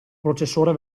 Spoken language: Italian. processore